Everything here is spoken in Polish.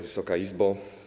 Wysoka Izbo!